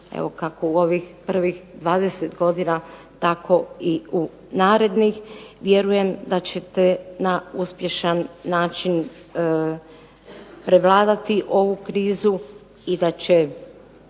evo kako u ovih prvih 20 godina tako i u narednih. Vjerujem da ćete na uspješan način prevladati ovu krizu i da će